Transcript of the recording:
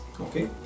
okay